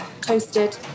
Toasted